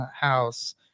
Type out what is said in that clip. house